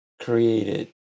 created